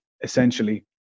essentially